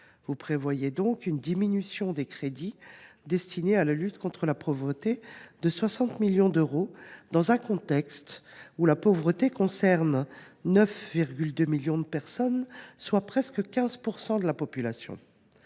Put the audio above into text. prévoit donc une baisse des crédits destinés à la lutte contre la pauvreté de 60 millions d’euros, dans un contexte où la pauvreté touche 9,2 millions de personnes, soit près de 15 % de la population.